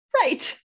Right